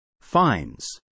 Fines